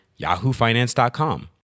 yahoofinance.com